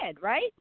right